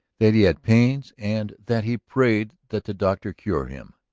that he had pains and that he prayed that the doctor cure him.